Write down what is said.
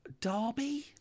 Derby